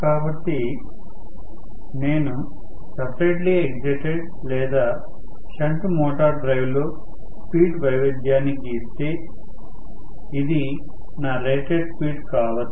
కాబట్టి నేను separately excited లేదా షంట్ మోటార్ డ్రైవ్ లో స్పీడ్ వైవిధ్యాన్ని గీస్తే ఇది నా రేటెడ్ స్పీడ్ కావచ్చు